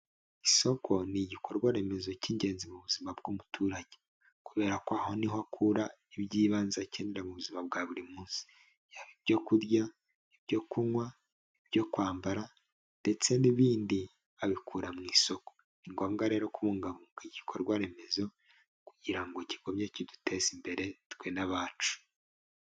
Isoko ni igikorwa remezo cy'ingenzi mu buzima bw'umuturage. Kubera ko aho ni ho akura iby'ibanze akenera mu buzima bwa buri munsi. Ibyo kurya, ibyo kunywa, ibyo kwambara, ndetse n'ibindi, abikura mu isoko. Ni ngombwa rero kubungabunga igikorwa remezo, kugira ngo gikomeze kiduteze imbere, twe n'abacu.